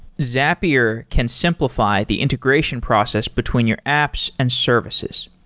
zapier can simplify the integration process between your apps and services.